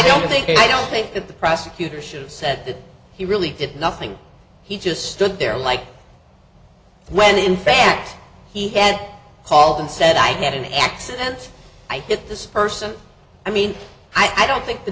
don't think i don't think that the prosecutor she has said that he really did nothing he just stood there like when in fact he had called and said i get in accidents i get this person i mean i don't think the